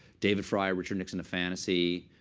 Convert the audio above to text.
david frye, richard nixon, a fantasy,